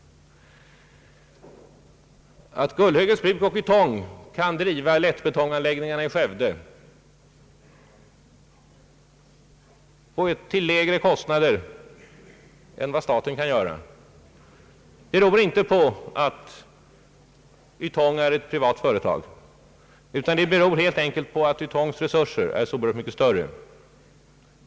Att Gullhögens bruk och Ytong kan driva lättbetonganläggningarna i Skövde till lägre kostnader än vad staten kan göra beror inte på att Ytong är ett privat företag, utan det beror helt enkelt på att Ytongs resurser är så oerhört mycket större.